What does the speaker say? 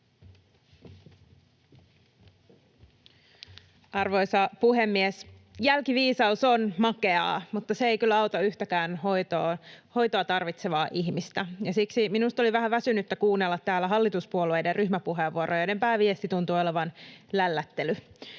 Arvoisa puhemies! Jälkiviisaus on makeaa, mutta se ei kyllä auta yhtäkään hoitoa tarvitsevaa ihmistä, ja siksi minusta oli vähän väsynyttä kuunnella täällä hallituspuolueiden ryhmäpuheenvuoroja, joiden pääviesti tuntui olevan lällättely.